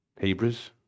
Hebrews